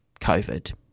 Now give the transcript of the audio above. covid